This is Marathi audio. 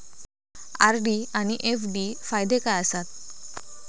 आर.डी आनि एफ.डी फायदे काय आसात?